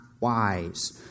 wise